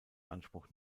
anspruch